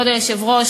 כבוד היושב-ראש,